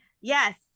yes